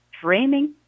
framing